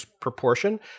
proportion